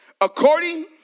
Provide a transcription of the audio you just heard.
according